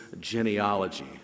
genealogy